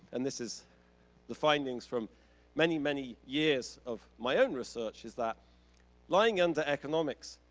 and this is the findings from many, many years of my own research is that lying under economics,